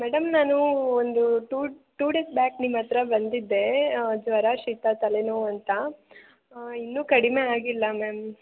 madam ನಾನು ಒಂದು two two days back ನಿಮ್ಮ ಹತ್ತಿರ ಬಂದಿದ್ದೆ ಜ್ವರ ಶೀತ ತಲೆನೋವು ಅಂತ ಇನ್ನೂ ಕಡಿಮೆ ಅಗಿಲ್ಲ ಮ್ಯಾಮ್